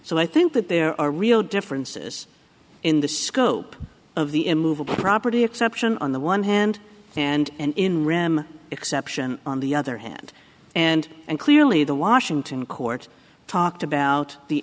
so i think that there are real differences in the scope of the immovable property exception on the one hand and in ram exception on the other hand and and clearly the washington court talked about the